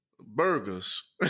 burgers